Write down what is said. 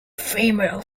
female